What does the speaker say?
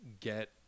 get